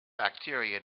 bacteria